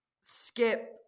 skip